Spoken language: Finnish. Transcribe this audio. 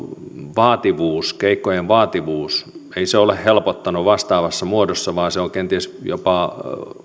vaativuus keikkojen vaativuus ei ole helpottanut vastaavassa määrin vaan se on kenties tullut jopa